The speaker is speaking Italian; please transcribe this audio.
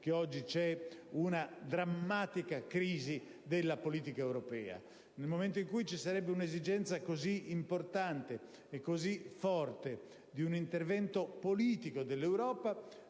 vede oggi una drammatica crisi della politica europea: in un momento in cui ci sarebbe un'esigenza così importante e così forte di un intervento politico dell'Europa,